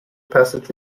passage